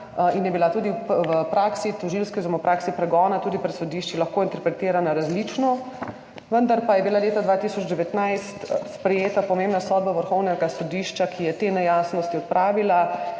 in je bila tudi v tožilski praksi oziroma v praksi pregona tudi pred sodišči lahko interpretirana različno. Vendar pa je bila leta 2019 sprejeta pomembna sodba Vrhovnega sodišča, ki je te nejasnosti odpravila